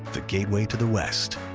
the gateway to the west,